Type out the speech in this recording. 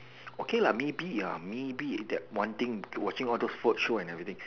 okay lah maybe uh maybe that one think if you watching all those food show and everything